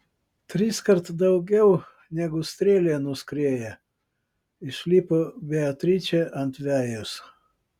triskart daugiau negu strėlė nuskrieja išlipo beatričė ant vejos